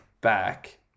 back